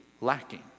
lacking